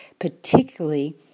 particularly